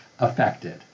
affected